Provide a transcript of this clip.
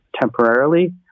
temporarily